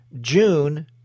June